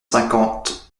cinquante